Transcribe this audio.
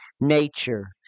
nature